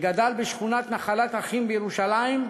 שגדל בשכונת נחלת-אחים בירושלים,